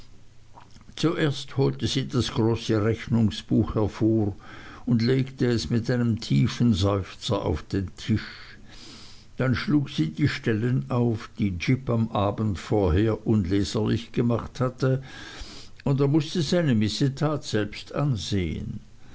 zuerst holte sie das große rechnungsbuch hervor und legte es mit einem tiefen seufzer auf den tisch dann schlug sie die stellen auf die jip am abend vorher unleserlich gemacht hatte und er mußte seine missetat selbst ansehen